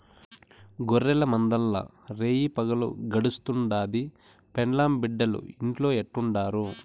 గొర్రెల మందల్ల రేయిపగులు గడుస్తుండాది, పెండ్లాం బిడ్డలు ఇంట్లో ఎట్టుండారో